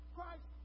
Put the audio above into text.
Christ